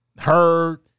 Heard